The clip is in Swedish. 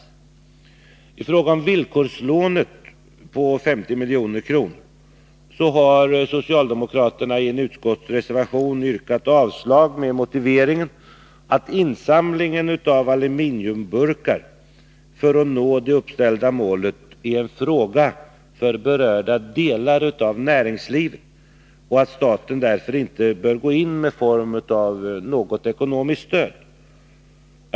I fråga om förslaget till villkorslån om 50 milj.kr. har socialdemokraterna i en utskottsreservation yrkat avslag med motiveringen att insamlingen av aluminiumburkar för att nå det uppställda målet är en fråga för berörda delar av näringslivet och att staten därför inte bör gå in med någon form av ekonomiskt stöd.